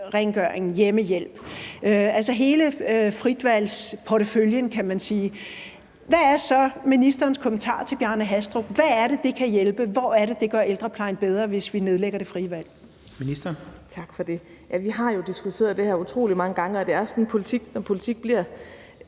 rengøring, hjemmehjælp, altså hele fritvalgsporteføljen, kan man sige, hvad er så ministerens kommentar til Bjarne Hastrup? Hvad er det, det kan hjælpe? Hvor er det, det gør ældreplejen bedre, hvis vi nedlægger det frie valg? Kl. 12:16 Den fg. formand (Jens Henrik Thulesen Dahl): Ministeren. Kl. 12:16